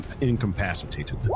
incapacitated